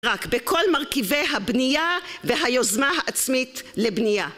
רק בכל מרכיבי הבנייה והיוזמה העצמית לבנייה